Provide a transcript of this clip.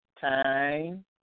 time